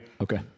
okay